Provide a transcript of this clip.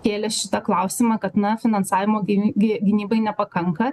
kėlė šitą klausimą kad na finansavimo gyny gy gynybai nepakanka